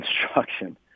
construction